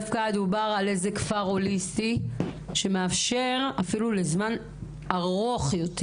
על כפר הוליסטי שמאפשר שהייה לזמן ארוך יותר.